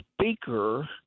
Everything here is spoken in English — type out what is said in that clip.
speaker